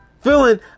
feeling